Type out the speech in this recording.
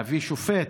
להביא שופט.